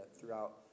throughout